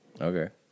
Okay